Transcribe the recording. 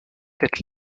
tête